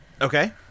Okay